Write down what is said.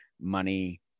money